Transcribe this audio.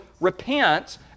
repent